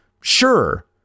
Sure